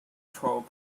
troll